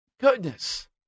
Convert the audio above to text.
Goodness